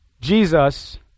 Jesus